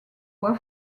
voix